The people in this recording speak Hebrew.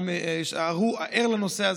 אתה ער לנושא הזה,